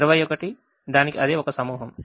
21 దానికి అదే ఒక సమూహం